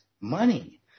money